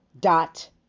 dot